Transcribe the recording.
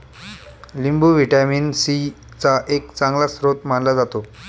लिंबू vitamin C चा एक चांगला स्रोत मानला जातो